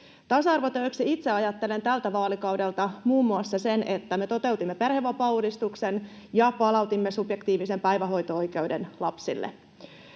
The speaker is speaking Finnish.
Tasa-arvoteoksi itse ajattelen tältä vaalikaudelta muun muassa sen, että me toteutimme perhevapaauudistuksen ja palautimme subjektiivisen päivähoito-oikeuden lapsille.